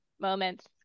moments